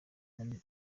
muri